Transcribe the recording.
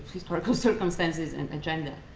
historical circumstances and agenda.